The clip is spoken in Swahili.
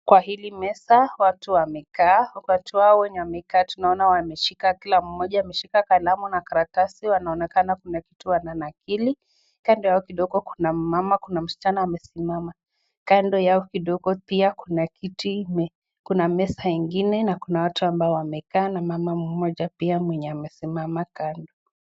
Kwa hili meza watu wamekaa, watu hao wenye wamekaa tunaona wameshika kilamoja ameshika kalamu na karatasi kanaonekana kunakitu wanakili. Kando yao kidogo kuna mama kuna msichana amesimama, kando yao kidogo pia kuna kiti, kuna meza ingine na kuna watu ambayo wamekaa na mama mmoja pia mwenye amesimama kando.